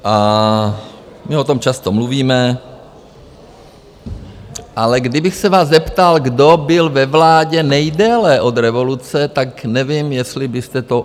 A my o tom často mluvíme, ale kdybych se vás zeptal, kdo byl ve vládě nejdéle od revoluce, tak nevím, jestli byste to uhodli.